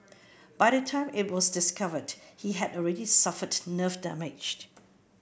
by the time it was discovered he had already suffered nerve damaged